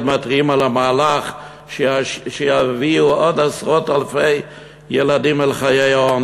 מתריעים על המהלך שיביא עוד עשרות אלפי ילדים אל חיי העוני,